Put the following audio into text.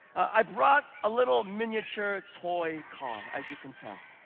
i brought a little miniature toy car, as you can tell.